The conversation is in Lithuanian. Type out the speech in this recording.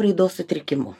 raidos sutrikimu